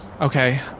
Okay